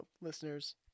listeners